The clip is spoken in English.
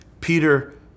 Peter